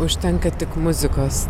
užtenka tik muzikos